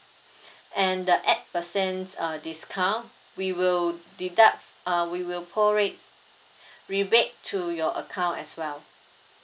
and the eight percent uh discount we will deduct uh we will prorate rebate to your account as well